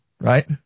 right